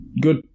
Good